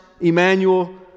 Emmanuel